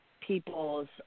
people's